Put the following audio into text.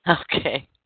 Okay